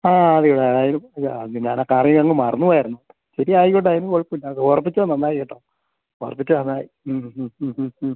ആ അതെ താ അതായത് അയ്യോ ഞാൻ ആ കാര്യമങ്ങ് മറന്നു പോയായിരുന്നു ശരി ആയിക്കോട്ടെ അതിന് കുഴപ്പമില്ല അതോര്പ്പിച്ചത് നന്നായി കേട്ടോ ഓര്പ്പിച്ചത് നന്നായി മ് മ് മ് മ്